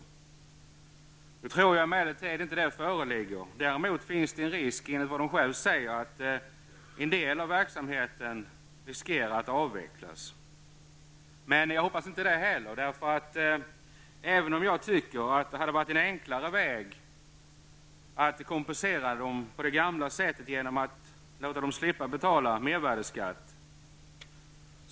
Nu tror jag emellertid inte att den faran föreligger. Däremot finns det en risk, enligt vad sällskapet säger, att en del av verksamheten kommer att avvecklas. Men jag hoppas att inte det heller inträffar. Jag tycker att det hade varit enklare att kompensera dem på det gamla sättet, genom att låta dem slippa betala mervärdeskatt.